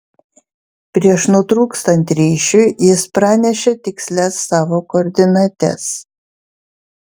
prieš nutrūkstant ryšiui jis pranešė tikslias savo koordinates